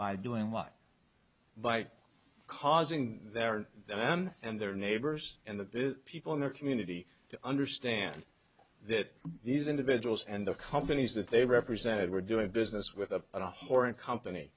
by doing life by causing that and then and their neighbors and the people in their community to understand that these individuals and the companies that they represented were doing business with a a whore and company